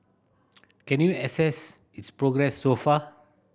can you assess its progress so far